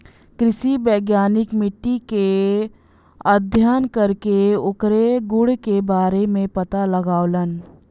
कृषि वैज्ञानिक मट्टी के अध्ययन करके ओकरे गुण के बारे में पता लगावलन